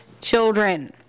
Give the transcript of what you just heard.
Children